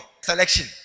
selection